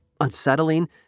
unsettling